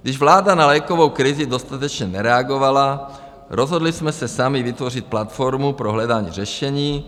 Když vláda na lékovou krizi dostatečně nereagovala, rozhodli jsme se sami vytvořit platformu pro hledání řešení.